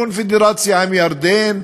קונפדרציה עם ירדן,